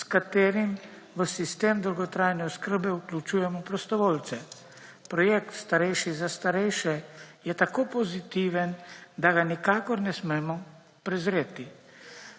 s katerim v sistem dolgotrajne oskrbe vključujemo prostovoljce. Projekt starejši za starejše je tako pozitiven, da ga nikakor ne smemo prezreti.